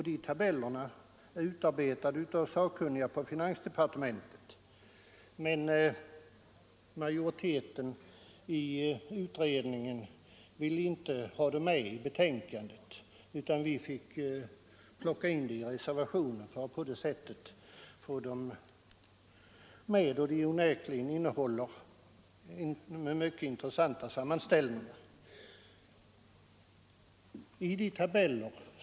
De är utarbetade av sakkunniga på finansdepartementet, men majoriteten i utredningen ville inte ha dem med i betänkandet utan vi fick plocka in dem i reservationen för att på det sättet få dem med. Onekligen innehåller de mycket intressanta sammanställningar.